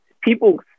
people